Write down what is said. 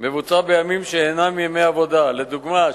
מבוצע בימים שאינם ימי עבודה, לדוגמה שישי,